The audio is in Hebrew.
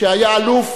שהיה אלוף,